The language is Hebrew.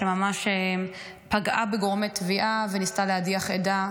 שממש פגעה בגורמי תביעה וניסתה להדיח עדה,